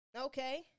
okay